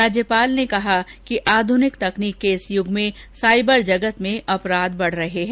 राज्यपाल ने कहा कि आधुनिक तकनीक के इस युग में साइबर जगत में अपराध बढ़ रहे है